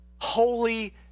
holy